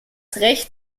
rächt